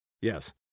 Yes